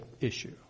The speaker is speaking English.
issue